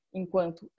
enquanto